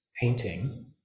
painting